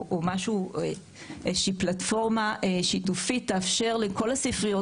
או איזושהי פלטפורמה שיתופית תאפשר לכל הספריות,